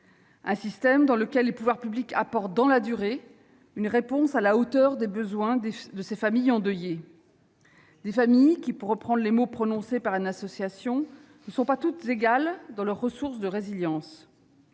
Un système dans lequel les pouvoirs publics apportent, dans la durée, une réponse à la hauteur des besoins de ces familles endeuillées. Des familles qui, pour reprendre les mots d'une association, « ne sont pas toutes égales dans leurs ressources de résilience